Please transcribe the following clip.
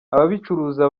ababicuruza